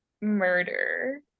murder